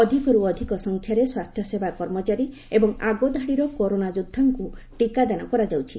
ଅଧିକର୍ ଅଧିକ ସଂଖ୍ୟାରେ ସ୍ୱାସ୍ଥ୍ୟସେବା କର୍ମଚାରୀ ଏବଂ ଆଗଧାଡିର କରୋନା ଯୋଦ୍ଧାଙ୍କୁ ଟିକାଦାନ କରାଯାଉଛି